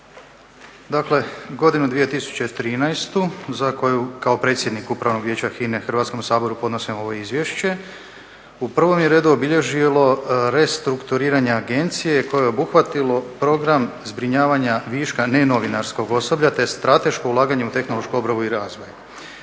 Dakle godinu 2013. za koju kao predsjednik Upravnog vijeća HINA-e Hrvatskom saboru podnosim ovo izvješće u prvom je redu obilježilo restrukturiranje agencije koje je obuhvatilo program zbrinjavanja viška nenovinarskog osoblja te strateško ulaganje u tehnološku obnovu i razvoj.